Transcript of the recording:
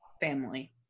family